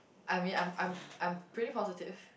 I mean I'm I'm I'm pretty positive